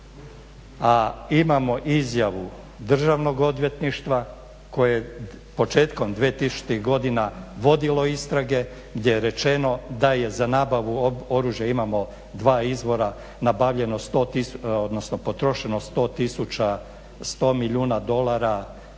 a imamo izjavu državnog odvjetništva koje početkom 2000.godina vodilo istrage gdje je rečeno da je za nabavu oružja imamo dva izvora nabavljeno,